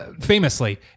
famously